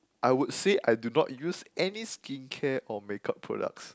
I would say I do not use any skincare or make up products